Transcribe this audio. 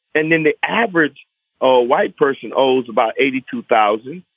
and then the average ah white person owes about eighty two thousand.